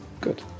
Good